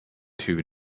two